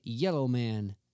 Yellowman